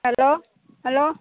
hello hello